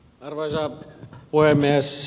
arvoisa puhemies